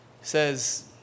says